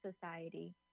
society